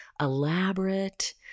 elaborate